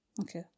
okay